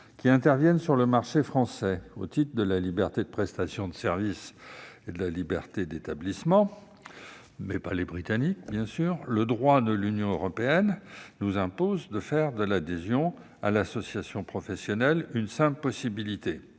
qui interviennent sur le marché français au titre de la liberté de prestation de services ou de la liberté d'établissement- pas les Britanniques, bien sûr -, le droit de l'Union européenne nous impose de faire de l'adhésion à une association professionnelle une simple possibilité.